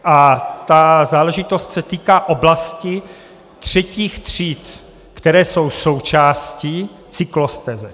A ta záležitost se týká oblasti třetích tříd, které jsou součástí cyklostezek.